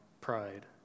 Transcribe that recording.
pride